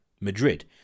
Madrid